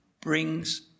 brings